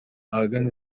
ahagana